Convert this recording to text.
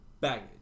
baggage